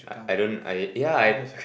I I don't I need yeah I